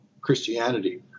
Christianity